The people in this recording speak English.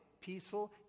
peaceful